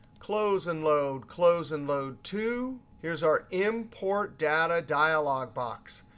close and load, close and load to. here's our import data dialog box.